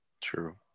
True